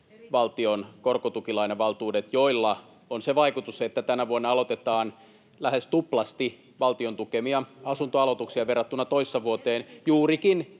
Viitanen: Erityisryhmät!] joilla on se vaikutus, että tänä vuonna aloitetaan lähes tuplasti valtion tukemia asuntoaloituksia verrattuna toissavuoteen — juurikin